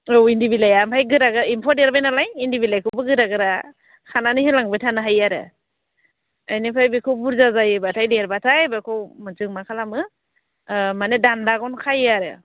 औ इन्दि बिलाइया ओमफ्राय गोरा गोरा एम्फौआ देरबायनालाय इन्दि बिलाइखौबो गोरा गोरा खानानै होलांबाय थानो हायो आरो बेनिफ्राय बेखौ बुरजा जायोबाथाय देरबाथाय बेखौ जों मा खालामो माने दानदा गन खायो आरो